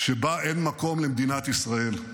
שבה אין מקום למדינת ישראל.